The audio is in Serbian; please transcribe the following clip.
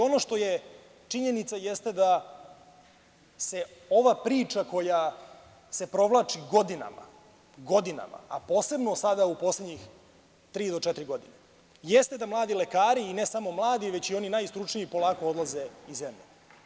Ono što je činjenica jeste da se ova priča, koja se provlači godinama, godinama, a posebno sada u poslednjih tri do četiri godine, jeste da mladi lekari, i ne samo mladi, već i oni najstručniji, polako odlaze iz zemlje.